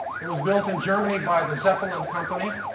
it was built in germany by the zeppelin company.